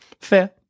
Fair